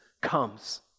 comes